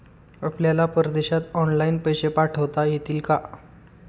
आपल्याला परदेशात ऑनलाइन पैसे पाठवता येतील का?